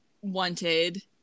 wanted